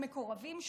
למקורבים שלו,